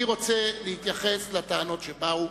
אני רוצה להתייחס לטענות שהועלו,